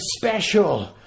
special